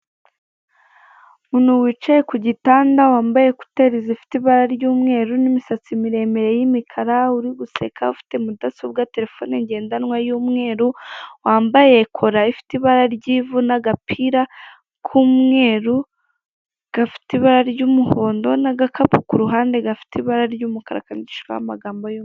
Umuntu wicaye kugitanda wambaye ekuteri zifite ibara ry'umweru nimisatsi mire mire y'imukara, uriguseka ufite mudasobwa, terefoni ngendanwa y'umweru wambaye kora ifite ibara ry'ivu n'agapira k'umweru gafite ibara ry'umuhondo n'agakapu kuruhande gafite ibara ry'umukara kandikishijeho amagambo y'umweru.